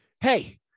hey